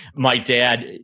my dad,